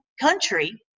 country